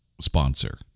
sponsor